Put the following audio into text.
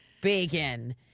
bacon